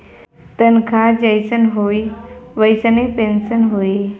तनखा जइसन होई वइसने पेन्सन होई